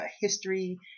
history